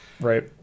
Right